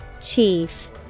Chief